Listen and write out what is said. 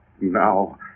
Now